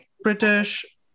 British